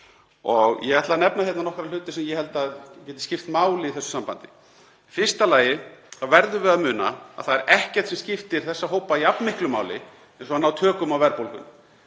Ég ætla að nefna hérna nokkra hluti sem ég held að geti skipt máli í þessu sambandi. Í fyrsta lagi verðum við að muna að það er ekkert sem skiptir þessa hópa jafn miklu máli og að ná tökum á verðbólgunni.